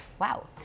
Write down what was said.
Wow